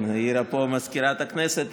העירה פה מזכירת הכנסת.